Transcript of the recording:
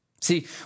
See